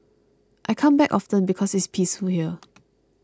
I come back often because it's peaceful here